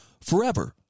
forever